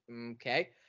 okay